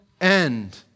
end